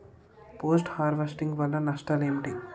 Post harvesting వల్ల నష్టాలు ఏంటి?